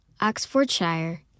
Oxfordshire